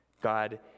God